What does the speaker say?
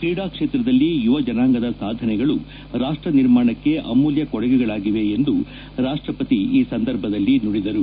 ಕ್ರೀಡಾ ಕ್ಷೇತ್ರದಲ್ಲಿ ಯುವಜನಾಂಗದ ಸಾಧನೆಗಳು ರಾಷ್ಟ್ ನಿರ್ಮಾಣಕ್ಕೆ ಅಮೂಲ್ಯ ಕೊಡುಗೆಗಳಾಗಿವೆ ಎಂದು ರಾಷ್ಟ್ರಪತಿ ಈ ಸಂದರ್ಭದಲ್ಲಿ ನುಡಿದರು